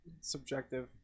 subjective